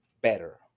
better